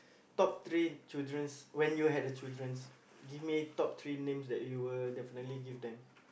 top three children's when you had a children's give me top three name that you will definitely give them